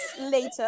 later